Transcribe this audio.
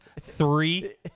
three